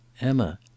Emma